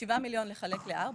שבעה מיליון לחלק לארבע,